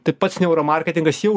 tai pats neuro marketingas jau